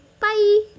Bye